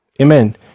Amen